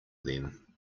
them